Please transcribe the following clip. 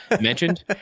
mentioned